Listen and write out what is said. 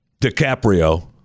DiCaprio